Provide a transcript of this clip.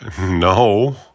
No